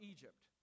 Egypt